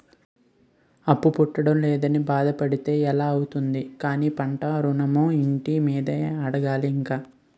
అప్పు పుట్టడం లేదని బాధ పడితే ఎలా అవుతుంది కానీ పంట ఋణమో, ఇంటి మీదో అడగాలి ఇంక